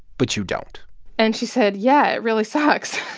but you don't and she said, yeah, it really sucks,